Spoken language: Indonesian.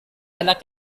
anak